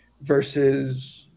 versus